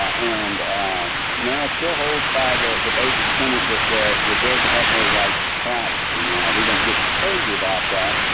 and nara still holds by the the basic tenant that the the dead have no rights to privacy. now we don't get crazy about that.